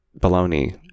bologna